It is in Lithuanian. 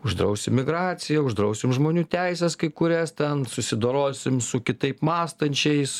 uždrausim migraciją uždrausim žmonių teises kai kurias ten susidorosim su kitaip mąstančiais